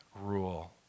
rule